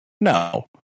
no